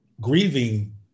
grieving